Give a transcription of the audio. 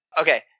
Okay